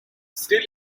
still